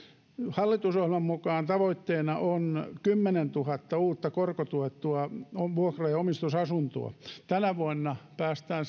hallitusohjelman mukaan tavoitteena on kymmenentuhatta uutta korkotuettua vuokra ja omistusasuntoa vuosittain tänä vuonna päästään